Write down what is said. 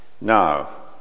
Now